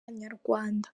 nyarwanda